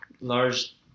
large